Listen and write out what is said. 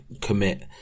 commit